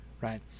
Right